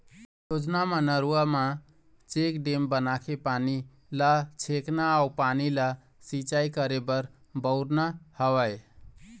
योजना म नरूवा म चेकडेम बनाके पानी ल छेकना अउ पानी ल सिंचाई करे बर बउरना हवय